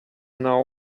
now